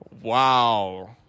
Wow